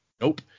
Nope